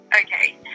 Okay